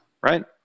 right